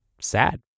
sad